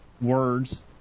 words